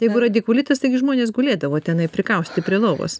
jeigu radikulitas tai gi žmonės gulėdavo tenai prikausti prie lovos